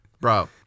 bro